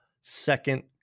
second